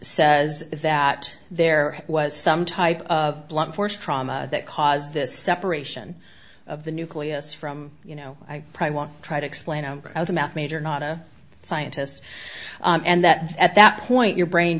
says that there was some type of blunt force trauma that caused this separation of the nucleus from you know i probably won't try to explain it as a math major not a scientist and that at that point your brain